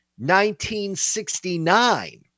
1969